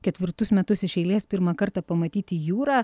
ketvirtus metus iš eilės pirmą kartą pamatyti jūrą